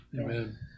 Amen